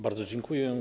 Bardzo dziękuję.